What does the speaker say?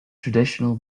traditional